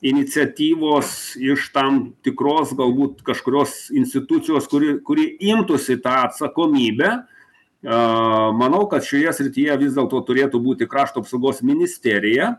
iniciatyvos iš tam tikros galbūt kažkurios institucijos kuri kuri imtųsi tą atsakomybę a manau kad šioje srityje vis dėlto turėtų būti krašto apsaugos ministerija